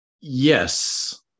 Yes